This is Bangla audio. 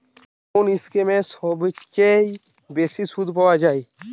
কোন স্কিমে সবচেয়ে বেশি সুদ পাব?